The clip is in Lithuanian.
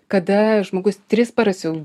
kada žmogus tris paras jau